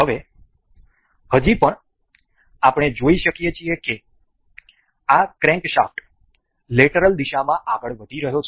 હવે હજી પણ આપણે જોઈ શકીએ છીએ કે આ ક્રેન્કશાફ્ટ લેટરલ દિશામાં આગળ વધી રહ્યો છે